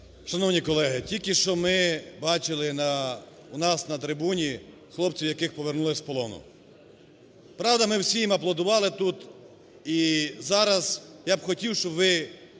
Шановні колеги, тільки що ми бачили на, у нас на трибуні хлопців, яких повернули з полону. Правда, ми всім аплодували тут. І зараз я б хотів, щоб ви,